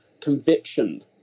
conviction